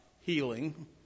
healing